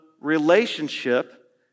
relationship